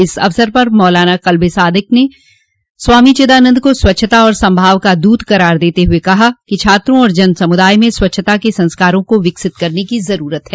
इस अवसर पर मौलाना कल्बे सादिक ने स्वामी चिदानन्द को स्वच्छता और समभाव का दूत करार देते हुए कहा कि छात्रों और जनसमुदाय में स्वच्छता के संस्कारों को विकसित करने की जरूरत है